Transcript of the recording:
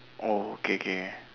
oh K K